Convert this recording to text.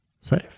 safe